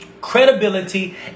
credibility